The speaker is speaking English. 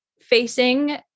facing